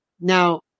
Now